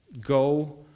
Go